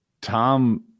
Tom